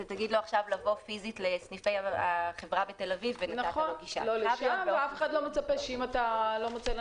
שלא תגיד לו עכשיו לבוא פיזית לסניפי החברה בתל אביב כדי לקבל את המידע.